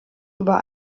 über